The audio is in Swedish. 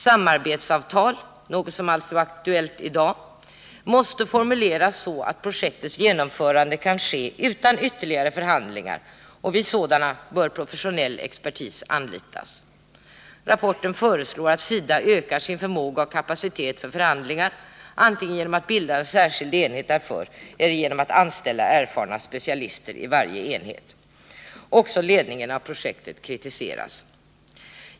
Samarbetsavtal måste formuleras så att projektets genomförande kan ske utan ytterligare förhandlingar, och vid sådana bör professionell expertis anlitas. Rapporten föreslår att SIDA ökar sin förmåga och kapacitet för förhandlingar antingen genom att bilda en särskild enhet därför eller genom att anställa erfarna specialister i varje enhet. Också ledningen av projektet kritiseras.